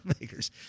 makers